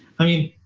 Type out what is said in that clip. i mean,